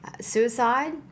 suicide